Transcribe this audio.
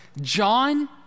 John